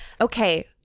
Okay